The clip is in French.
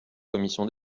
commission